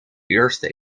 eerste